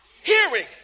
hearing